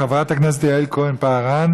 חברת הכנסת יעל כהן-פארן.